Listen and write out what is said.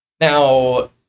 Now